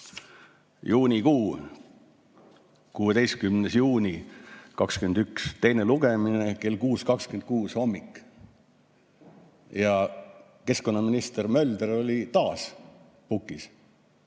juunikuus, 16. juuni 2021, teine lugemine kell 6.26 hommikul ja keskkonnaminister Mölder oli taas pukis